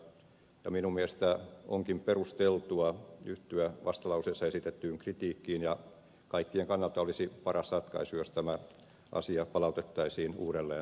minun mielestäni onkin perusteltua yhtyä vastalauseessa esitettyyn kritiikkiin ja kaikkien kannalta olisi paras ratkaisu jos tämä asia palautettaisiin uudelleen valmisteluun